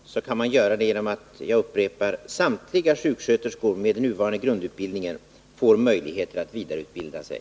Herr talman! Om jag skall sammanfatta mitt svar, så kan jag upprepa att samtliga sjuksköterskor med den nuvarande grundutbildningen får möjligheter att vidareutbilda sig.